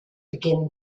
begin